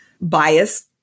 bias